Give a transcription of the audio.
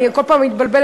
אני כל פעם מתבלבלת.